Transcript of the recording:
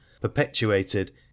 perpetuated